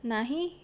ନାହିଁ